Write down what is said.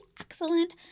excellent